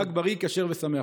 חג בריא, כשר ושמח.